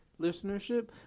listenership